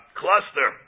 cluster